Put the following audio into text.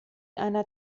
einer